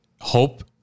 Hope